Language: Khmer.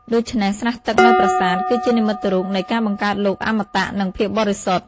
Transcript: ដូច្នេះ ស្រះទឹកនៅប្រាសាទ គឺជានិមិត្តរូបនៃ ការបង្កើតលោក អមតៈ និងភាពបរិសុទ្ធ។